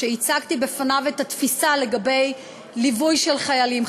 הצגתי בפניו את התפיסה לגבי ליווי של חיילים,